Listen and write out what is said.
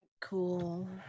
Cool